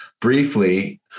briefly